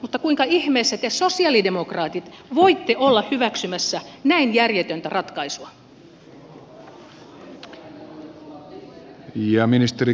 mutta kuinka ihmeessä te sosialidemokraatit voitte olla hyväksymässä näin järjetöntä ratkaisua